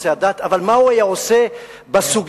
אבל מה הוא היה עושה בסוגיה שחותכת,